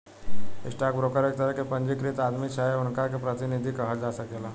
stock broker एक तरह के पंजीकृत आदमी चाहे उनका के प्रतिनिधि कहल जा सकेला